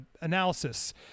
analysis